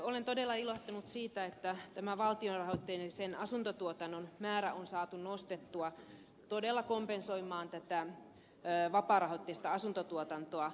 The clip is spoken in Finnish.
olen todella ilahtunut siitä että valtiorahoitteisen asuntotuotannon määrä on saatu nostettua todella kompensoimaan vapaarahoitteista asuntotuotantoa